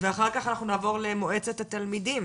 ואחר כך אנחנו נעבור למועצת התלמידים,